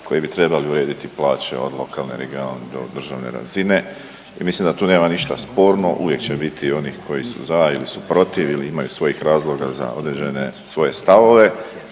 koji bi trebali urediti plaće od lokalne, regionalne do državne razine. I mislim da tu nema ništa sporno, uvijek će biti onih koji su za ili su protiv ili imaju svojih razloga za određene svoje stavove.